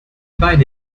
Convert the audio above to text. beine